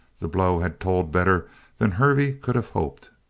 the blow had told better than hervey could have hoped.